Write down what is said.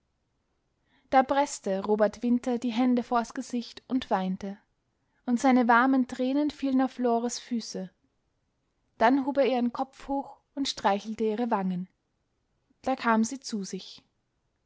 da preßte robert winter die hände vors gesicht und weinte und seine warmen tränen fielen auf lores füße dann hob er ihren kopf hoch und streichelte ihre wangen da kam sie zu sich